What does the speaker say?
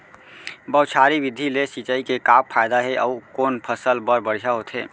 बौछारी विधि ले सिंचाई के का फायदा हे अऊ कोन फसल बर बढ़िया होथे?